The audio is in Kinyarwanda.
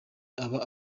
aba